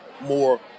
more